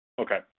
Okay